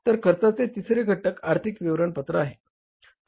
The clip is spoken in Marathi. तर खर्चाचे तिसरे घटक आर्थिक विवरणपत्र आहे